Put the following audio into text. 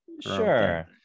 sure